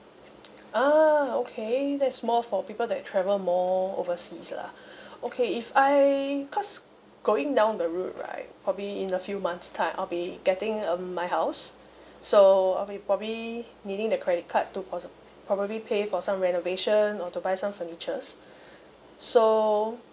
ah okay that's more for people that travel more overseas lah okay if I cause going down the road right probably in a few months' time I'll be getting um my house so I'll be probably needing the credit card to prob~ probably pay for some renovation or to buy some furnitures so